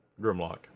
Grimlock